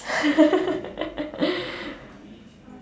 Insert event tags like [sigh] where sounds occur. [laughs]